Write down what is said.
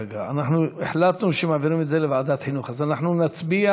החלטנו שמעבירים לוועדת החינוך, אז אנחנו נצביע.